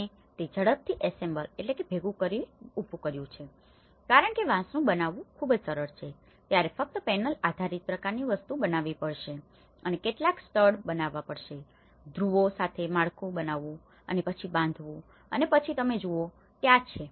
અને તે ઝડપથી એસેમ્બલassembleભેગું કરવું કરવા માટે ઉભું કર્યું છે કારણ કે વાંસનુ બનાવવુ ખૂબ જ સરળ છે તમારે ફક્ત પેનલ આધારિત પ્રકારની વસ્તુ બનાવવી પડશે અને કેટલાક સ્ટડ બનાવવા પડશે ધ્રુવો સાથે માળખું બનાવવું અને પછી બાંધવું અને પછી તમે અહીં જે જુઓ છો તે આ છે